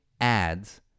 ads